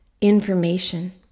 information